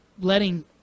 letting –